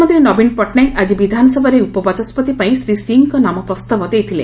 ମୁଖ୍ୟମନ୍ତୀ ନବୀନ ପଟ୍ଟନାୟକ ଆକି ବିଧାନସଭାରେ ଉପବାଚସ୍ୱତି ପାଇଁ ଶ୍ରୀ ସିଂଙ୍କ ନାମ ପ୍ରସ୍ତାବ ଦେଇଥିଲେ